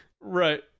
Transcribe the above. Right